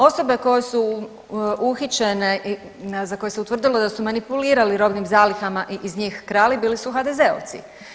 Osobe koje su uhićene i za koje se utvrdilo da su manipulirali robnim zalihama i iz njih krali bili su HDZ-ovci.